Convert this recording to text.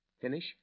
Finish